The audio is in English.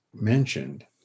mentioned